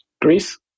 Greece